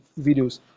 videos